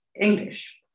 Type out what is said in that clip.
English